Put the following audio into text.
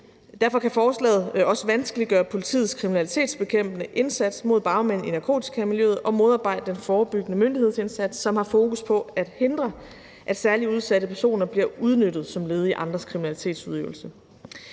Derfor kan forslaget også vanskeliggøre politiets kriminalitetsbekæmpende indsats mod bagmænd i narkotikamiljøet og modarbejde den forbyggende myndighedsindsats, som har fokus på at hindre, at særligt udsatte personer bliver udnyttet som led i andres kriminalitetsudøvelse.